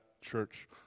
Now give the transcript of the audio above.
church